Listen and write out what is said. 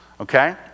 okay